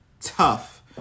tough